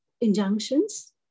injunctions